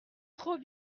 trop